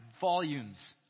volumes